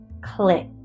Click